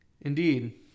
Indeed